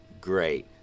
Great